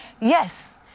Yes